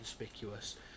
inconspicuous